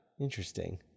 interesting